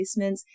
placements